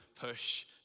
push